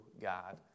God